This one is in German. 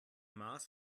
mars